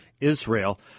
Israel